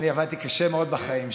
אני עבדתי קשה מאוד בחיים שלי.